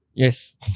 Yes